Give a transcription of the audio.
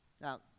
Now